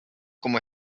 como